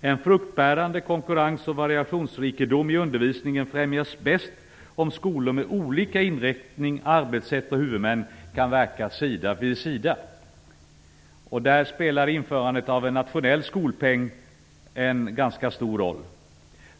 En fruktbärande konkurrens och variationsrikedom i undervisningen främjas bäst om skolor med olika inriktning, arbetssätt och huvudmän kan verka sida vid sida. Där spelar införandet av en nationell skolpeng en ganska stor roll.